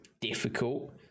difficult